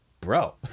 bro